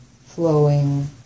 flowing